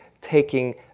taking